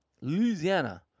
Louisiana